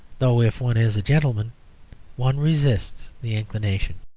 though if one is a gentleman one resists the inclination.